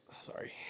Sorry